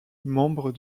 membre